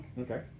Okay